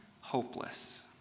hopeless